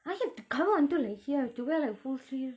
I have to cover until like here I have to wear like full sleeve